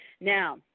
Now